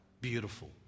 beautiful